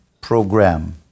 program